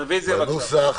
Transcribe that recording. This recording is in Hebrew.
רוויזיה, בבקשה.